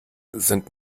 sind